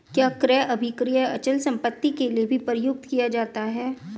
क्या क्रय अभिक्रय अचल संपत्ति के लिये भी प्रयुक्त किया जाता है?